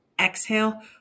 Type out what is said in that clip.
exhale